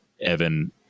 Evan